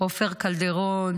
עופר קלדרון,